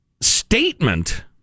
statement